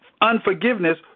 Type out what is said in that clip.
Unforgiveness